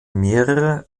mehrere